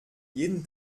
jeden